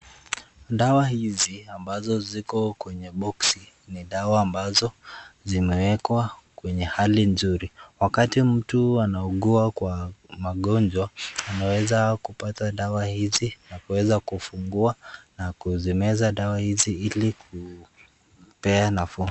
Dawa hizi ambazo ziko kwenye boxi ni dawa ambazo zimewekwa kwenye hali nzuri wakati mtu anaugua kwa magonjwa anaweza kupata dawa hizi na kuweza kufungua na kumeza dawa hizi ili kumpea nafuu.